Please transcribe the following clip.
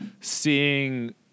seeing